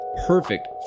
Perfect